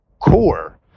core